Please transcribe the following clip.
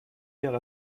wäre